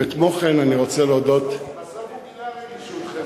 בסוף הוא גילה רגישות חברתית.